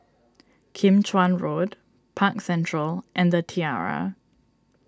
Kim Chuan Road Park Central and the Tiara